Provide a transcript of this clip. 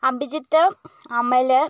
Abhijith Amal